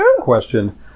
question